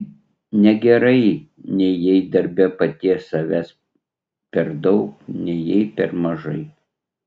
negerai nei jei darbe paties savęs per daug nei jei per mažai